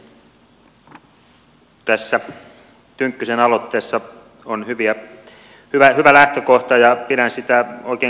tässä tynkkysen aloitteessa on hyvä lähtökohta ja pidän sitä oikein kannatettavana